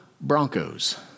Broncos